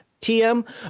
tm